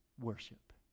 worship